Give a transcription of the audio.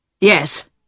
Yes